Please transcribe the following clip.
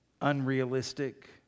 unrealistic